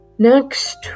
Next